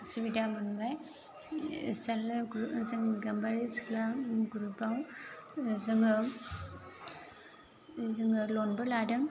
सुबिदा मोनबाय self help group जों गाम्बारि सिख्ला ग्रुपबाव जोङो जोङो लनबो लादों